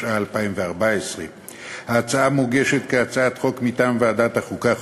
התשע"ה 2014. ההצעה מוגשת כהצעת חוק מטעם ועדת החוקה,